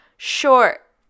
Short